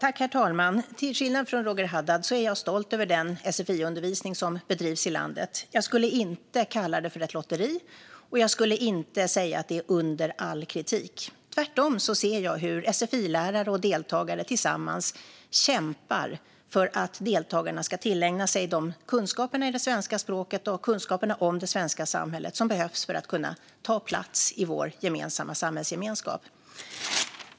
Herr talman! Till skillnad från Roger Haddad är jag stolt över den sfi-undervisning som bedrivs i landet. Jag skulle inte kalla det ett lotteri, och jag skulle inte säga att det är under all kritik. Tvärtom ser jag hur sfi-lärare och deltagare tillsammans kämpar för att deltagarna ska tillägna sig de kunskaper i det svenska språket och om det svenska samhället som behövs för att man ska kunna ta plats i vår gemensamma samhällsgemenskap.